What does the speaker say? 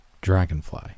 Dragonfly